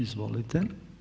Izvolite.